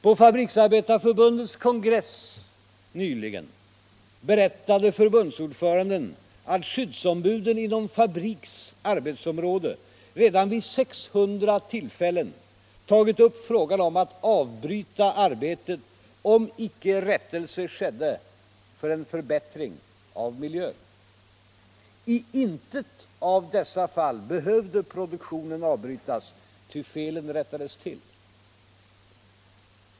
På Fabriksarbetareförbundets kongress nyligen berättade förbundsordföranden att skyddsombuden inom Fabriks arbetsområde redan vid 600 tillfällen tagit upp frågan om att avbryta arbetet, om icke rättelse skedde för en förbättring av miljön. I intet av dessa fall behövde produktionen avbrytas, ty felen rättades till.